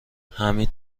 حمید